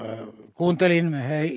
kuuntelin